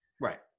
Right